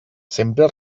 sempre